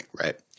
right